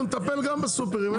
אנחנו נטפל גם בסופרים.